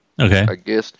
Okay